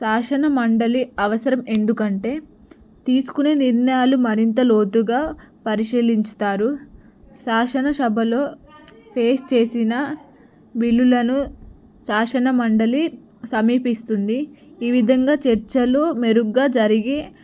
శాసన మండలి అవసరం ఎందుకంటే తీసుకునే నిర్ణయాలు మరింత లోతుగా పరిశీలించుతారు శాసనసభలో ఫేస్ చేసిన బిలులను శాసన మండలి సమీపిస్తుంది ఈ విధంగా చర్చలు మెరుగుగా జరిగి